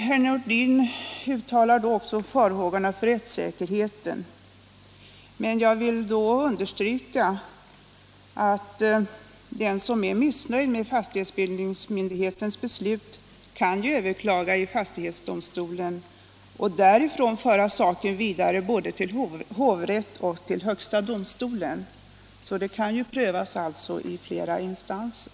Herr Nordin uttalade farhågor för rättssäkerheten, men jag vill understryka att den som är missnöjd med fastighetsbildningsmyndighetens beslut kan överklaga detta i fastighetsdomstolen och därifrån föra saken vidare både till hovrätt och till högsta domstolen. Ärendet kan alltså prövas i flera instanser.